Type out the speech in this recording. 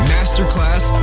Masterclass